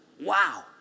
Wow